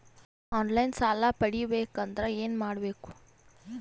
On line ಸಾಲ ಪಡಿಬೇಕಂದರ ಏನಮಾಡಬೇಕು?